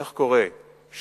איך קורה שה"חמאס"